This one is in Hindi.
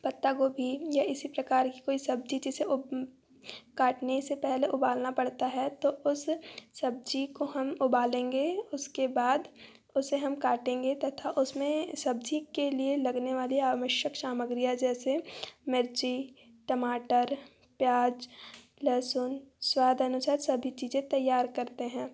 पत्ता गोभी या इसी प्रकार की कोई सब्जी जिसे काटने से पहले उबालना पड़ता है तो उस सब्जी को हम उबालेंगे उसके बाद उसे हम काटेंगे तथा उसमें सब्जी के लिए लगने वाली आवश्यक सामग्रियाँ जैसे मिर्ची टमाटर प्याज लहसुन स्वादानुसार सभी चीज़ें तैयार करते हैं